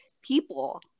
people